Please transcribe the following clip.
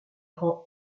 rend